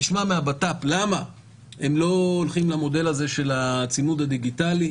נשמע מהבט"פ למה הם לא הולכים למודל הזה של הצימוד הדיגיטלי,